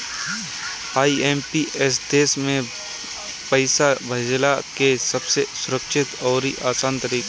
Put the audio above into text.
IMPS देस भर में पईसा भेजला के सबसे सुरक्षित अउरी आसान तरीका हवे